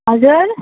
हजुर